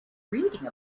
reading